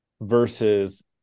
versus